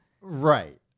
Right